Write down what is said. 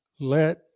let